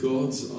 God's